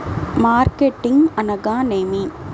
Marketing అనగానేమి?